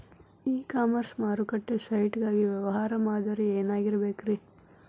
E commerce ಮಾರುಕಟ್ಟೆ site ಗಾಗಿ ವ್ಯವಹಾರ ಮಾದರಿ ಏನಾಗಿರಬೇಕ್ರಿ?